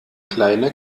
kleine